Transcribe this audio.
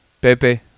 Pepe